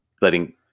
letting